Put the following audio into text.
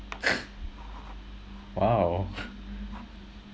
!wow!